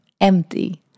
Empty